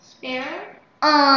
Spare